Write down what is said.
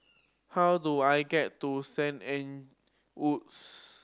how do I get to Saint Anne Woods